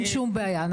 אין שום בעיה.